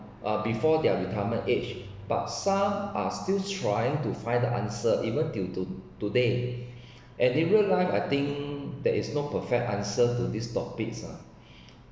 uh before their retirement age but some are still trying to find the answer even due to today and in real life I think there is no perfect answer to this topic ah